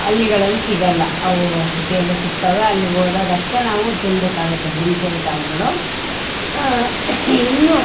ಹಳ್ಳಿಗಳಲ್ಲಿ ಸಿಗಲ್ಲ ಅವು ಸಿಟಿಯಲ್ಲೆ ಸಿಗ್ತವೆ ಅಲ್ಲಿಗೋದಾಗ ಅಷ್ಟೇ ನಾವು ತಿನ್ನಬೇಕಾಗುತ್ತೆ ದಿನಸಿ ಐಟಮ್ಗಳು ಇನ್ನು